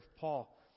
Paul